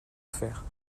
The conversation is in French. faire